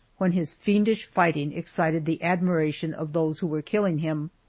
when his fiendish fighting excited the admiration of those who were killing him.